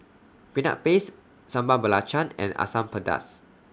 Peanut Paste Sambal Belacan and Asam Pedas